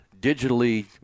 digitally